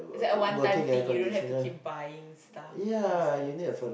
it's like a one time thing you don't have to keep buying stuff in a sense